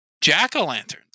Jack-o'-lanterns